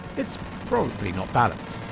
it's probably not balanced.